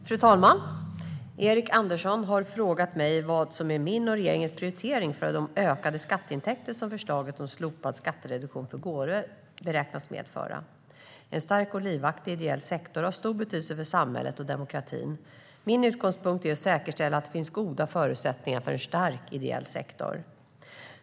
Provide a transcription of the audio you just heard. Fru talman! Erik Andersson har frågat mig vad som är min och regeringens prioritering för de ökade skatteintäkter som förslaget om slopad skattereduktion för gåvor beräknas medföra. En stark och livaktig ideell sektor har stor betydelse för samhällslivet och demokratin. Min utgångspunkt är att säkerställa att det finns goda förutsättningar för en stark ideell sektor.